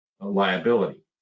liability